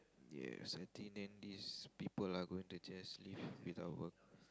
yes I think then these people are going to just leave without work